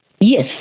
Yes